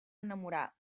enamorar